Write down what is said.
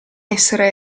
essere